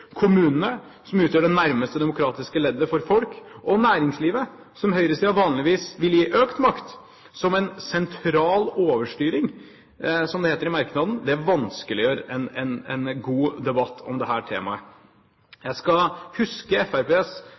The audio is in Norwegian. kommunene, som utgjør det nærmeste demokratiske leddet for folk, og næringslivet, som høyresiden vanligvis vil gi økt makt – som en «sentral overstyring», som det heter i merknaden, vanskeliggjør en god debatt om dette temaet. Jeg skal huske